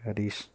Paris